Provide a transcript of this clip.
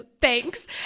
thanks